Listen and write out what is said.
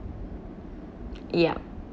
ya